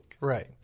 Right